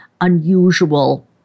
unusual